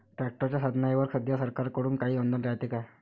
ट्रॅक्टरच्या साधनाईवर सध्या सरकार कडून काही अनुदान रायते का?